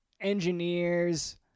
engineers